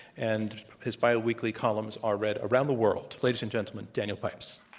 and his biweekly columns are read around the world. ladies and gentlemen, daniel pipes.